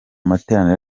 matorero